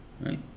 Right